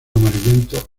amarillento